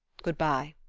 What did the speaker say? good-by.